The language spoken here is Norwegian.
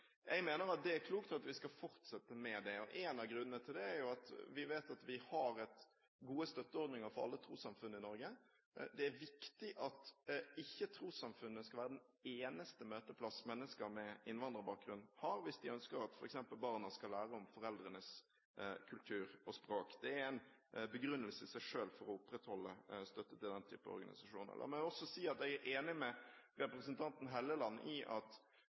Jeg mener det er klokt å fortsette med det, og en av grunnene til det er at vi vet at vi har gode støtteordninger for alle trossamfunn i Norge. Det er viktig at trossamfunnene ikke skal være den eneste møteplassen mennesker med innvandrerbakgrunn har, hvis de f.eks. ønsker at barna skal lære om foreldrenes kultur og språk. Det er i seg selv en begrunnelse for å opprettholde støtten til den type organisasjoner. Jeg er enig med representanten Helleland i at